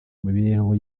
mibereho